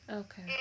okay